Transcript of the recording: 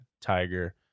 Tiger